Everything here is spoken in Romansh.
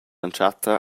entschatta